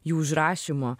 jų užrašymo